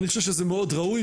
אני חושב שזה מאד ראוי,